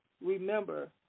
remember